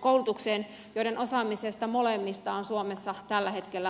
koulutukseen joiden osaamisesta molemmista on suomessa tällä hetkellä kova puutos